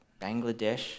Bangladesh